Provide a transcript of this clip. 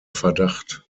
verdacht